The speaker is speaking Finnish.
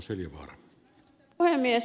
arvoisa puhemies